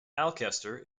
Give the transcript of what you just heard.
alcester